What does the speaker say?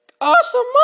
awesome